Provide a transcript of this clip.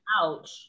Ouch